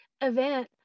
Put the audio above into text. event